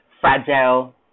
fragile